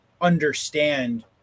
understand